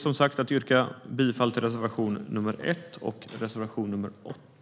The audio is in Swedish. Jag yrkar bifall till reservationerna 1 och 8.